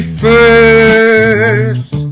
first